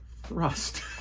Thrust